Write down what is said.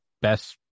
best